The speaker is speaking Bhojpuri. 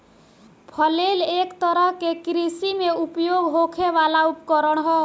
फ्लेल एक तरह के कृषि में उपयोग होखे वाला उपकरण ह